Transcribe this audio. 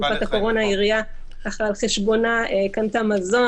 בתקופת הקורונה העירייה קנתה על חשבונה מזון